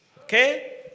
Okay